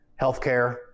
healthcare